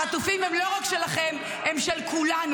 החטופים הם לא רק שלכם, הם של כולנו.